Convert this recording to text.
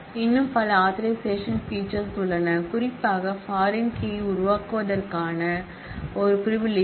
இன்னும் பல authorization feature உள்ளன குறிப்புகள் பாரின் கீ யை உருவாக்குவதற்கான ஒரு பிரிவிலிஜ்